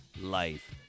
life